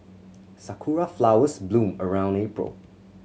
sakura flowers bloom around April